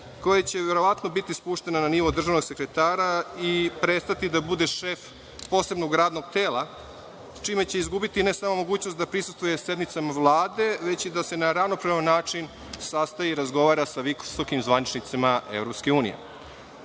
koja će verovatno biti spuštena na nivo državnog sekretara i prestati da bude šef posebnog radnog tela, čime će izgubiti ne samo mogućnost da prisustvuje sednicama Vlade, već i da se na ravnopravan način sastaje i razgovara sa visokim zvaničnicima EU,